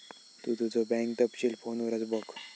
तु तुझो बँक तपशील फोनवरच बघ